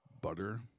butter